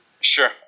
Sure